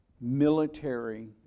military